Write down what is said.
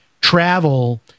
travel